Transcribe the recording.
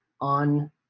on